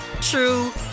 true